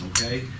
okay